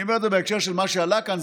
אני אומר זה בהקשר של מה שעלה כאן.